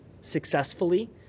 successfully